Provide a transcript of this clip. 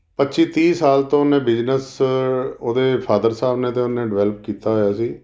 ਪੱਚੀ ਤੀਹ ਸਾਲ ਤੋਂ ਉਹਨੇ ਬਿਜ਼ਨਸ ਉਹਦੇ ਫਾਦਰ ਸਾਹਿਬ ਨੇ ਅਤੇ ਉਹਨੇ ਡਵੈਲਪ ਕੀਤਾ ਹੋਇਆ ਸੀ